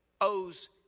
owes